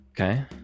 Okay